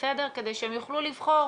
כדי שהם יוכלו לבחור,